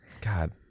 God